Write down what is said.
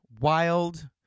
wild